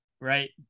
right